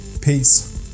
peace